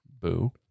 Boo